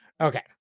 Okay